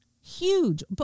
huge